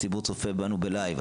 הציבור צופה בנו בלייב.